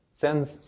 Sends